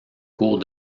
cours